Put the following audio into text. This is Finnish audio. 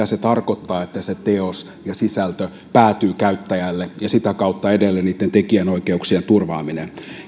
se tarkoittaa että se teos ja sisältö päätyvät käyttäjälle ja sitä kautta edelleen niitten tekijänoikeuksien turvaaminen